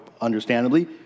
understandably